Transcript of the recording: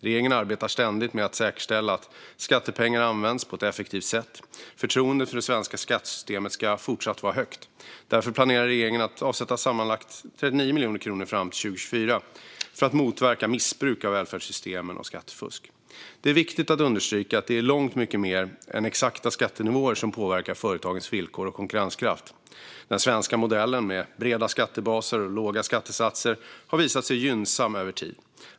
Regeringen arbetar ständigt med att säkerställa att skattepengar används på ett effektivt sätt. Förtroendet för det svenska skattesystemet ska fortsatt vara högt. Därför planerar regeringen att avsätta sammanlagt 39 miljoner kronor fram till 2024 för att motverka missbruk av välfärdssystemen och skattefusk. Det är viktigt att understryka att det är långt mycket mer än exakta skattenivåer som påverkar företagens villkor och konkurrenskraft. Den svenska modellen med breda skattebaser och låga skattesatser har visat sig gynnsam över tid.